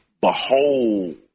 behold